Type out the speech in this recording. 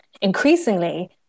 increasingly